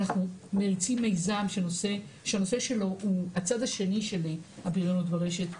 אנחנו מריצים מיזם שהנושא שלו הוא הצד השני של הבריונות ברשת,